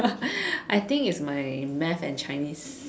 I think it's my math and Chinese